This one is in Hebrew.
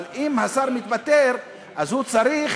אבל אם השר התפטר אז הוא צריך